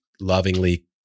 lovingly